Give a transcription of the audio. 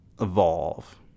evolve